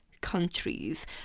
countries